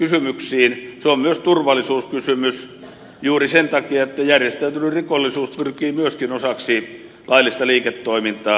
se on myös turvallisuuskysymys juuri sen takia että järjestäytynyt rikollisuus pyrkii myöskin osaksi laillista liiketoimintaa